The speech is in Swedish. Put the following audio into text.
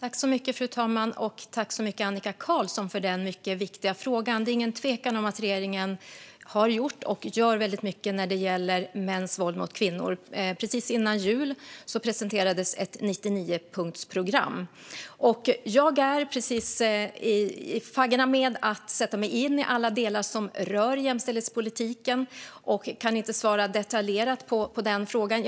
Fru talman! Jag tackar Annika Qarlsson så mycket för denna väldigt viktiga fråga. Det är ingen tvekan om att regeringen har gjort och gör väldigt mycket när det gäller mäns våld mot kvinnor. Precis före jul presenterades ett 99-punktsprogram. Jag är precis i faggorna med att sätta mig in i alla delar som rör jämställdhetspolitiken och kan inte svara detaljerat på frågan.